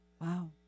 Wow